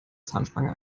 zahnspange